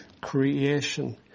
creation